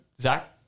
Zach